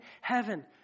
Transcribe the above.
heaven